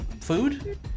food